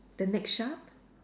the next shop